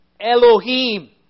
Elohim